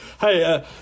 hey